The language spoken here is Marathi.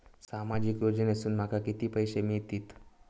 सामाजिक योजनेसून माका किती पैशे मिळतीत?